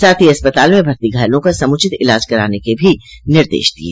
साथ ही अस्पताल में भर्ती घायलों का समुचित इलाज कराने के भी निर्देश दिये